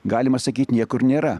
galima sakyt niekur nėra